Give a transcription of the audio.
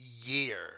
year